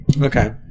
Okay